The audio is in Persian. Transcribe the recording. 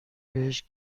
بهش